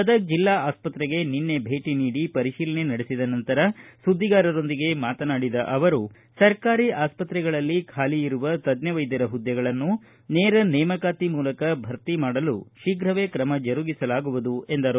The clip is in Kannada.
ಗದಗ ಜಿಲ್ಲಾ ಆಸ್ಪತ್ರೆಗೆ ನಿನ್ನೆ ಭೇಟಿ ನೀಡಿ ನಂತರ ಸುದ್ಗಿಗಾರರೊಂದಿಗೆ ಮಾತನಾಡಿದ ಅವರು ಸರ್ಕಾರಿ ಆಸ್ಪತ್ರೆಗಳಲ್ಲಿ ಖಾಲಿ ಇರುವ ತಜ್ಞ ವೈದ್ಯರ ಹುದ್ದೆಗಳನ್ನು ನೇರ ನೇಮಕಾತಿ ಮೂಲಕ ಭರ್ತಿ ಮಾಡಲು ಶೀಘವೆ ಕ್ರಮ ಜರುಗಿಸಲಾಗುವದು ಎಂದರು